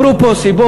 אמרו פה סיבות,